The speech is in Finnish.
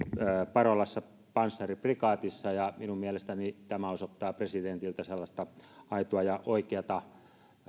parolassa panssariprikaatissa ja minun mielestäni tämä osoittaa presidentiltä sellaista aitoa ja oikeata